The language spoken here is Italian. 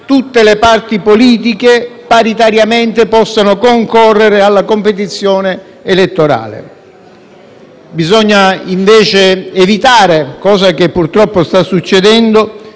tutte le parti politiche, paritariamente, possano concorrere alla competizione elettorale. Bisogna invece evitare - come purtroppo sta accadendo